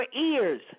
ears